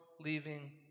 leaving